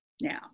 now